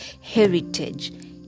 heritage